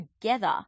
together